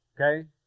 okay